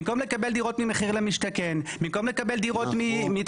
במקום לקבל דירות ממחיר למשתכן,